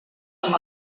amb